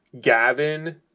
Gavin